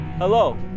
Hello